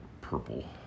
purple